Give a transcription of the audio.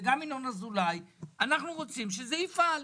וגם ינון אזולאי: אנחנו רוצים שזה יפעל.